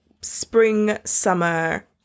spring-summer